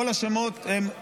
כל השמות לא רלוונטיים.